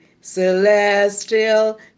celestial